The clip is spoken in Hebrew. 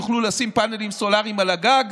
יוכלו לשים פאנלים סולריים על הגג.